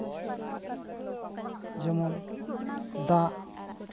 ᱡᱮᱢᱚᱱ ᱫᱟᱜ